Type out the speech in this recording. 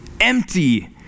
empty